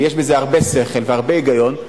ויש בזה הרבה שכל והרבה היגיון,